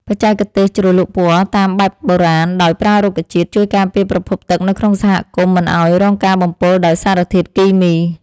បច្ចេកទេសជ្រលក់ពណ៌តាមបែបបុរាណដោយប្រើរុក្ខជាតិ ជួយការពារប្រភពទឹកនៅក្នុងសហគមន៍មិនឱ្យរងការបំពុលដោយសារធាតុគីមី។